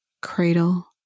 cradle